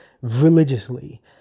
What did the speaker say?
religiously